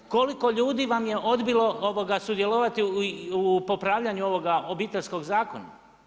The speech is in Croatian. Koliko ljudi vam je odbilo sudjelovati u popravljanju ovoga Obiteljskog zakona?